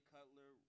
Cutler